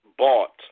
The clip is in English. bought